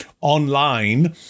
online